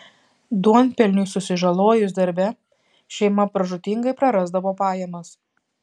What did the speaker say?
duonpelniui susižalojus darbe šeima pražūtingai prarasdavo pajamas